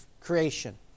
creation